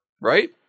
right